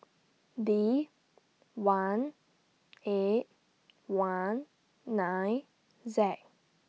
D one eight one nine Z